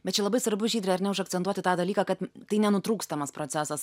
bet čia labai svarbu žydre ar ne užakcentuoti tą dalyką kad tai nenutrūkstamas procesas